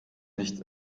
nicht